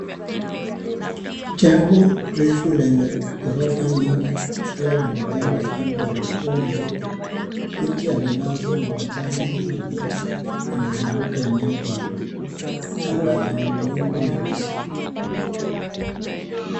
Jengo refu lenye ghorofa nyingi likiwa limejengwa kando ya ufuo 𝑚𝑤𝑒𝑢𝑝𝑒, miche ya minazi na majani mabichi imezunguka eneo hilo. Anga ina mawingu meusi.